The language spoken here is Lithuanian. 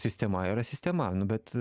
sistema yra sistema bet